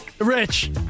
Rich